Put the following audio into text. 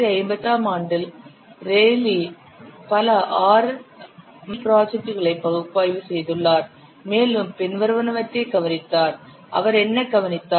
1958 ஆம் ஆண்டில் ரெய்லீ பல R மற்றும் D ப்ராஜெட்களை பகுப்பாய்வு செய்துள்ளார் மேலும் பின்வருவனவற்றைக் கவனித்தார் அவர் என்ன கவனித்தார்